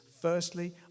Firstly